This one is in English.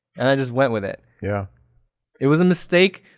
and i just went with it. yeah it was a mistake.